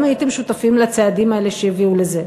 הייתם שותפים לצעדים האלה שהביאו לזה,